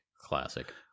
classic